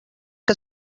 que